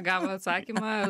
gaunu atsakymą